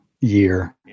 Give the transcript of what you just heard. year